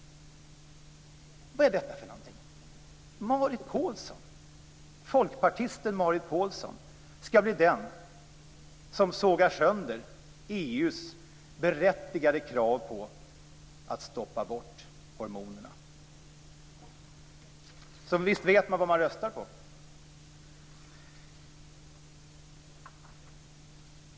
Vad är detta för någonting? Folkpartisten Marit Paulsen skall bli den som sågar sönder EU:s berättigade krav på att hormonerna skall tas bort! Så visst vet man vad man röstar på.